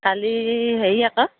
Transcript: কালি হেৰি আকৌ